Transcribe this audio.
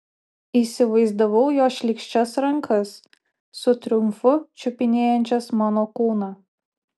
įsivaizdavau jo šlykščias rankas su triumfu čiupinėjančias mano kūną